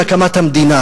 להקמת המדינה.